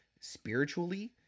spiritually